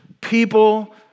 people